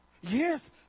Yes